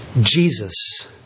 Jesus